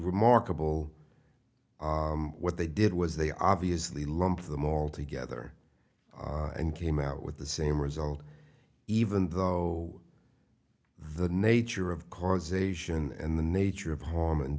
remarkable what they did was they obviously lump them all together and came out with the same result even though the nature of causation and the nature of harm and